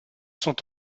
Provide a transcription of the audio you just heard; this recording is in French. sont